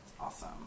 awesome